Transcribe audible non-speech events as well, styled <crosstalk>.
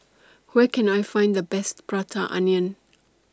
Where Can I Find The Best Prata Onion <noise>